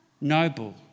noble